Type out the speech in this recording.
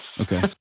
Okay